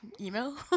email